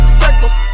circles